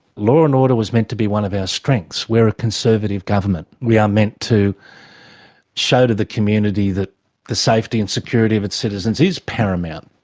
law and order was meant to be one of our strengths. we're a conservative government, we are meant to show to the community that the safety and security of its citizens is paramount.